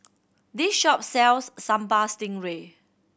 this shop sells Sambal Stingray